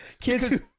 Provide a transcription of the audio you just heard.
kids